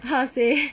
how say